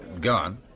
Gone